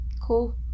Cool